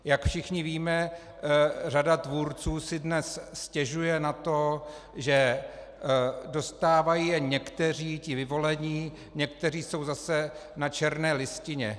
Jak všichni víme, řada tvůrců si dnes stěžuje na to, že dostávají jen někteří, ti vyvolení, někteří jsou zase na černé listině.